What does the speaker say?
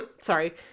Sorry